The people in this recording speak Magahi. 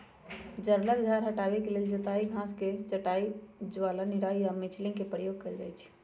जङगल झार हटाबे के लेल जोताई, घास के कटाई, ज्वाला निराई आऽ मल्चिंग के प्रयोग कएल जाइ छइ